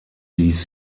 hieß